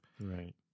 Right